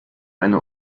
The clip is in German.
eine